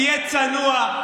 תהיה צנוע.